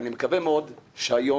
ואני מקווה מאוד שהיום,